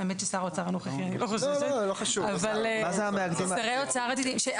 האמת היא שמשר האוצר הנוכחי אני לא חוששת אבל יש שרי אוצר עתידיים.